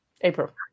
April